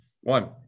one